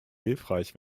hilfreich